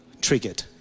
triggered